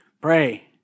Pray